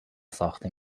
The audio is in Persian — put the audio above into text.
ساخته